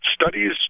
studies